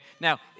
Now